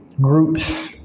groups